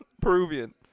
Peruvian